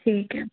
ठीक है